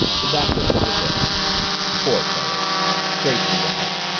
the doctor shook his head poor fellow straight through the heart.